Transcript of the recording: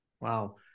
Wow